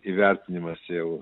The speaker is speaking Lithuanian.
įvertinimas jau